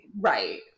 Right